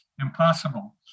impossible